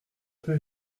peu